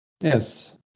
Yes